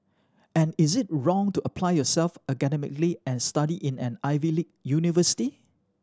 and is it wrong to apply yourself academically and study in an Ivy league university